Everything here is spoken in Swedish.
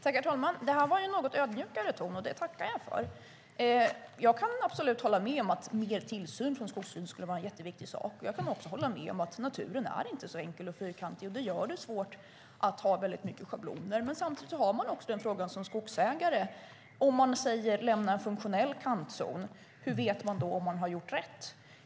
Herr talman! Det här var en något ödmjukare ton, och det tackar jag för. Jag kan absolut hålla med om att mer tillsyn från Skogsstyrelsen skulle vara en jätteviktig sak. Jag kan också hålla med om att naturen inte är så enkel och fyrkantig och att det gör det svårt att ha väldigt mycket schabloner. Som skogsägare har man samtidigt frågan: Om vi säger att en funktionell kantzon ska lämnas, hur vet jag som skogsägare då att jag har gjort rätt?